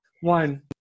one